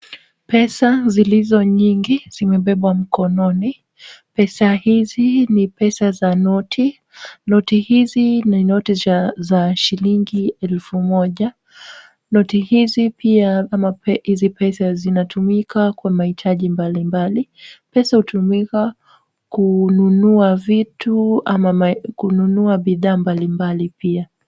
Pesa zilizo nyingi zimebebwa mkononi. Pesa hizi ni pesa za noti. Noti hizi ni noti za shilingi elfu moja. Noti hizi pia ama hizi pesa zinatumika kwa mahitaji mbalimbali. Pesa hutumika kununua vitu ama kununua bidhaa mbalimbali pia.